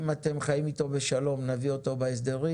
אם אתם חיים אתו בשלום, נביא אותו בהסדרים.